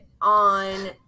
on